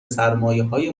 سرمایههای